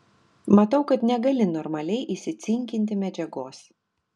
matau kad negali normaliai įsicinkinti medžiagos